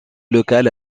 local